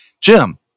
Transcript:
Jim